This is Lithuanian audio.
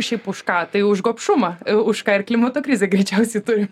šiaip už ką tai už gopšumą už ką ir klimato krizę greičiausiai turim